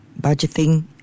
budgeting